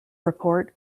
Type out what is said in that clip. report